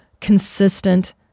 consistent